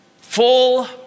Full